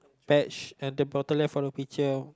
pet sh~ at the bottom left of the picture